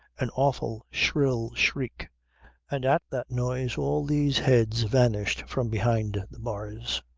an awful shrill shriek and at that noise all these heads vanished from behind the bars.